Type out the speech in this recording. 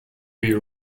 you